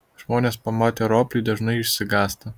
žmonės pamatę roplį dažnai išsigąsta